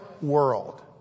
world